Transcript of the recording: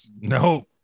No